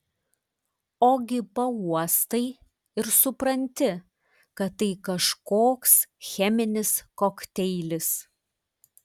ogi pauostai ir supranti kad tai kažkoks cheminis kokteilis